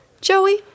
Joey